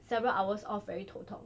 several hours of every 头疼